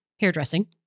hairdressing